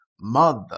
Mother